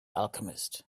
alchemist